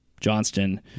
Johnston